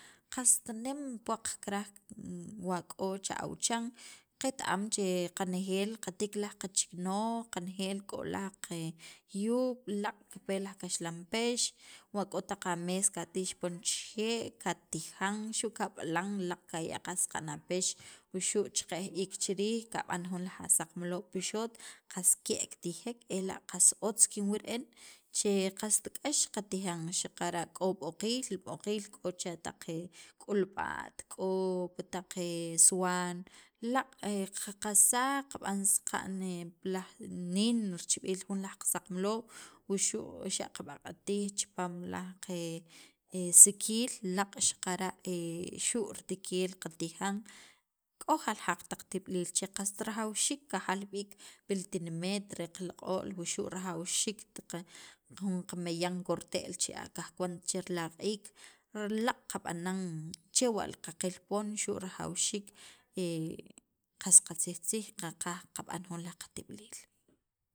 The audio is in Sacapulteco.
Qast nem puwaq kiraj, wa k'o cha awuchan qet- am che qanejeel katiik laj qachinoj, qanejeel k'o laj qajuyuub' laaq' kipe laj kaxlanpex wa k'o taq amees katix poon chixe' katijan xu' kab'alan laaq' qaya' qaaj saqa'n apex wuxu' cheqe'j iik chi riij kab'an jun las asaqmaloob' pi xoot qas ke' kitijek ela' qas otz kinwil re'en, che qast k'ax qatijan xaqara' k'o b'oqiil, li b'oqiil k'o cha taq k'ulb'a't, k'o pi taq suwan laaq' qaqasaj kab'an saqa'n pi laj niin richib'iil jun laj qasaqmaloob' wuxu' o xa' kab'alk'atij chipaam laj qasikiil laqq' xaqara' xu' tritikeel qatijan, k'o jaljaq taq tibiliil che qast rajawxiik kajal b'iik pil tinimet re qalaq'ol wuxu' rajawxiikt qa jun qameyan korte'l che aj kajkawante che rilaq'iik laaq' qab'anan chewa' li qaqil poon xu' rajawxiik qas qatzijtzij qaqaj qab'an jun laj qatib'iliil.